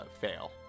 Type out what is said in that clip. fail